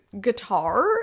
guitar